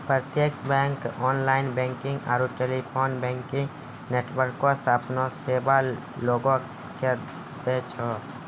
प्रत्यक्ष bank online banking आरू telephone banking नेटवर्को से अपनो सेबा लोगो के दै छै